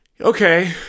Okay